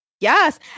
yes